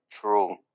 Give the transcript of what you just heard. true